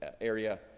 area